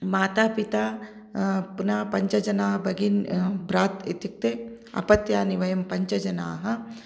माता पिता पुनः पञ्चजना भगिनि भ्रा इत्युक्ते अपत्यानि वयं पञ्चजनाः